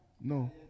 No